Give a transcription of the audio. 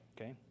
Okay